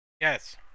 Yes